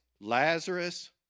Lazarus